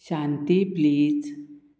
Shanti please